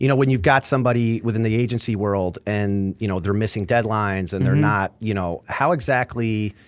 you know when you've got somebody within the agency world and you know they're missing deadlines and they're not. you know how exactly,